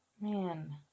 man